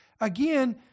Again